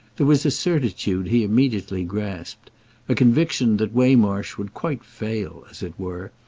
there was a certitude he immediately grasped a conviction that waymarsh would quite fail, as it were,